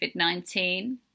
COVID-19